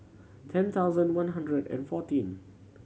ten thousand one hundred and fourteen